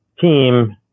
team